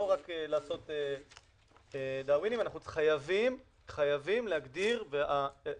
אנחנו חייבים להגדיר מבעוד מועד,